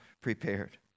prepared